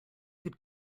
could